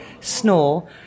snore